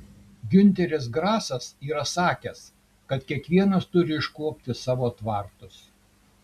giunteris grasas yra sakęs kad kiekvienas turi iškuopti savo tvartus